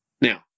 Now